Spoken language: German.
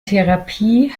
therapie